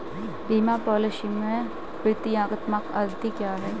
बीमा पॉलिसी में प्रतियोगात्मक अवधि क्या है?